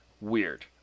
weird